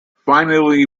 finally